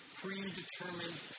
predetermined